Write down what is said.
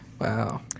wow